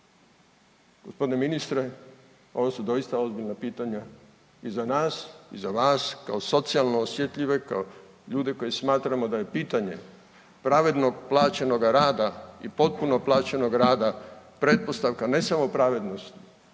Gospodine ministre, ovo su doista ozbiljna pitanja i za nas i za vas kao socijalno osjetljive, kao ljude koje smatramo da je pitanje pravednog plaćenoga rada i potpuno plaćenog rada pretpostavka ne samo pravednosti